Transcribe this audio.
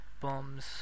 bombs